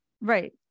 Right